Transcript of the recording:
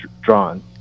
drawn